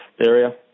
area